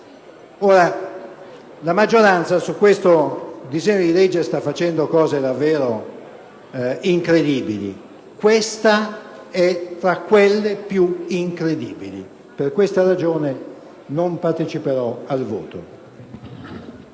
La maggioranza in questo disegno di legge ha inserito proposte davvero incredibili, ma questa è tra le più incredibili. Per questa ragione non parteciperò al voto